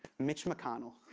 mitch mcconnell.